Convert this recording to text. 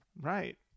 Right